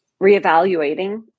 reevaluating